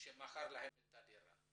שמכר לכם את הדירה,